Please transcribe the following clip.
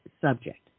subject